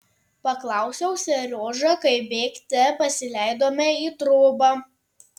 paklausiau seriožą kai bėgte pasileidome į trobą